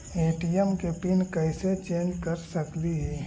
ATM के pin कैसे change कर सकली ही?